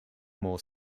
more